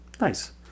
nice